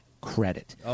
credit